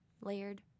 layered